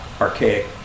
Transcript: archaic